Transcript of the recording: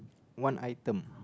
one item